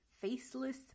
faceless